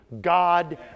God